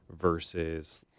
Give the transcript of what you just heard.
versus